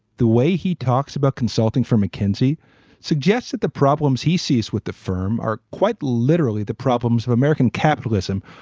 the way he talks about consulting firm mckinsey suggests that the problems he sees with the firm are quite literally the problems of american capitalism.